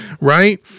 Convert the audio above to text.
Right